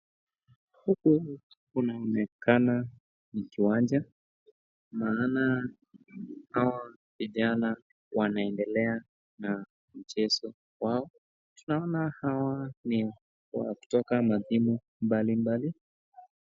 Huku kunaonekana ni kiwanja naona hawa vijana wanaendelea na mchezo wao ,tunaona hawa ni wa kutoka na timu mbali mbali.